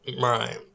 right